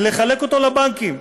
ולחלק אותו לבנקים.